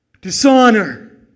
dishonor